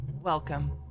welcome